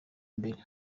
mbere